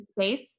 space